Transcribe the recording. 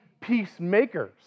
peacemakers